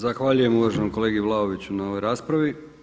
Zahvaljujem uvaženom kolegi Vlaoviću na ovoj raspravi.